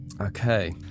Okay